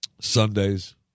Sundays